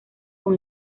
con